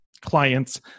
clients